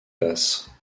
basse